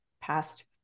past